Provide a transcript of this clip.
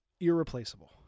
irreplaceable